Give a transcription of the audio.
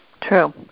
True